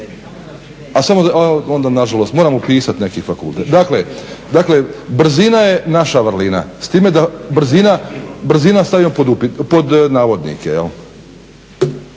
A samo, onda nažalost, moram upisati neki fakultet. Dakle brzina je naša vrlina. S time da brzina stavimo pod navodnike